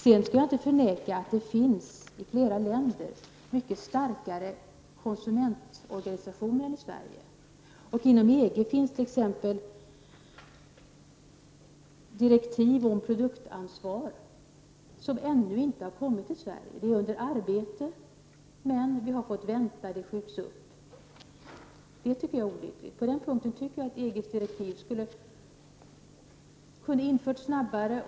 Sedan skall jag inte förneka att det i flera länder finns mycket starkare konsumentorganisationer än i Sverige. Inom EG finns t.ex. direktiv om produktansvar som ännu inte har kommit till Sverige; de är under arbete, men det skjuts upp och vi får vänta. Det tycker jag är olyckligt. På den punkten tycker jag EG:s direktiv kunde ha införts snabbare.